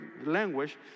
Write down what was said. language